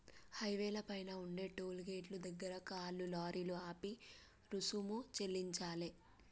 హైవేల పైన ఉండే టోలు గేటుల దగ్గర కార్లు, లారీలు ఆపి రుసుము చెల్లించాలే